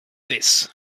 this